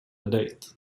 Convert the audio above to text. dejt